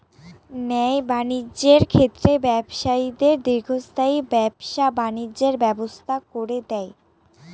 ন্যায় বাণিজ্যের ক্ষেত্রে ব্যবসায়ীদের দীর্ঘস্থায়ী ব্যবসা বাণিজ্যের ব্যবস্থা করে দেয়